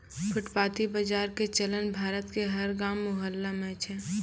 फुटपाती बाजार के चलन भारत के हर गांव मुहल्ला मॅ छै